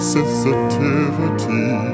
Sensitivity